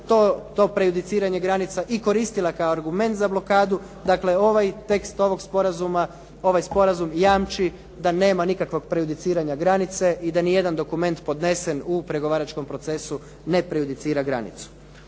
to prejudiciranje granica i koristila kao argument za blokadu. Dakle, ovaj tekst ovog sporazuma, ovaj sporazum jamči da nema nikakvog prejudiciranja granice i da ni jedan dokument podnesen u pregovaračkom procesu ne prejudicira granicu.